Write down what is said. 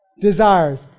Desires